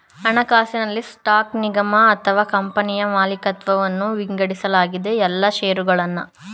ಹಣಕಾಸಿನಲ್ಲಿ ಸ್ಟಾಕ್ ನಿಗಮ ಅಥವಾ ಕಂಪನಿಯ ಮಾಲಿಕತ್ವವನ್ನ ವಿಂಗಡಿಸಲಾದ ಎಲ್ಲಾ ಶೇರುಗಳನ್ನ ಒಳಗೊಂಡಿರುತ್ತೆ